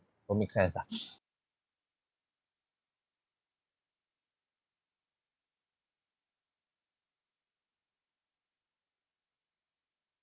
don't make sense lah